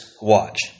watch